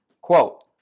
quote